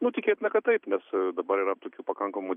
nu tikėtina kad taip nes dabar yra tokių pakankamų